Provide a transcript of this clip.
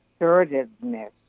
assertiveness